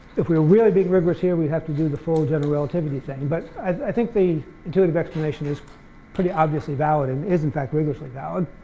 if we're really being rigorous here, we have to do the full general relatively thing. but i think the intuitive explanation is pretty obviously valid. it um is, in fact, rigorously valid.